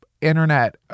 internet